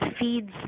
feeds